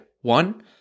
one